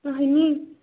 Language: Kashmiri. اَہنٛی